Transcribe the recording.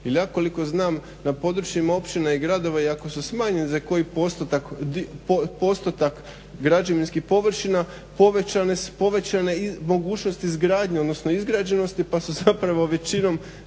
jel ja koliko znam na područjima općina i gradova i ako su smanjeni za koji postotak građevinskih površina povećane mogućnost izgradnje odnosno izgrađenosti pa su zapravo većinom